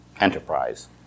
enterprise